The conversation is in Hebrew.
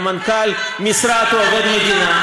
גם מנכ"ל משרד הוא עובד מדינה.